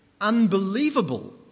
unbelievable